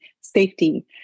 safety